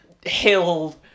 Hill